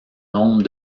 nombre